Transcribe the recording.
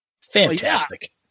Fantastic